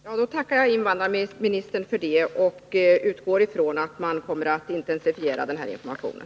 Herr talman! Jag tackar invandrarministern för det beskedet och utgår från att man kommer att intensifiera den här informationen.